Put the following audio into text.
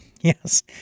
Yes